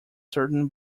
certain